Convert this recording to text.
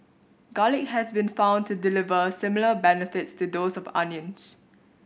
garlic has been found to deliver similar benefits to those of onions